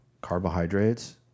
carbohydrates